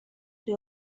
توی